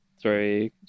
three